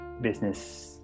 business